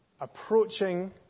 approaching